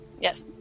yes